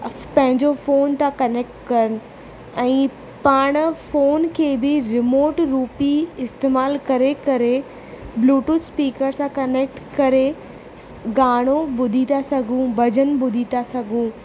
पंहिंजो फ़ोन था कनैक्ट कनि ऐं पाण फ़ोन खे बि रिमोट रूपी इस्तेमाल करे करे ब्लूटूथ स्पीकर सां कनैक्ट करे ॻानो ॿुधी था सघूं भॼन ॿुधी था सघूं